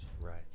Right